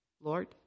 Lord